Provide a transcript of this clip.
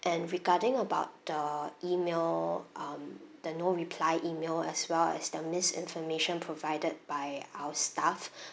and regarding about the email um the no reply email as well as the misinformation provided by our staff